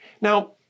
Now